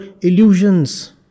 illusions